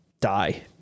die